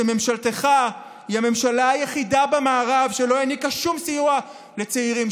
שממשלתך היא הממשלה היחידה במערב שלא העניקה שום סיוע לצעירים,